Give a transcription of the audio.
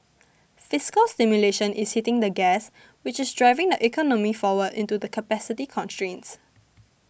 fiscal stimulation is hitting the gas which is driving the economy forward into the capacity constraints